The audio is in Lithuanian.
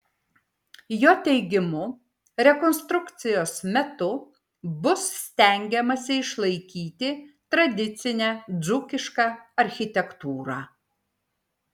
jo teigimu rekonstrukcijos metu bus stengiamasi išlaikyti tradicinę dzūkišką architektūrą